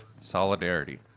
Solidarity